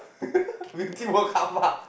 Beauty-World carpark